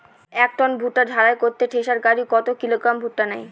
এক টন ভুট্টা ঝাড়াই করতে থেসার গাড়ী কত কিলোগ্রাম ভুট্টা নেয়?